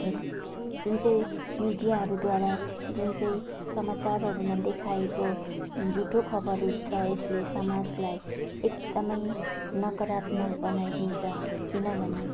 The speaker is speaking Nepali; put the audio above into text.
यस जुन चाहिँ मिडियाहरूद्वारा जुन चाहिँ समाचारहरूमा देखाएको झुटो खबरहरू छ यसले समाजलाई एकदमै नकारात्मक बनाइदिन्छ किनभने